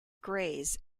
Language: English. grays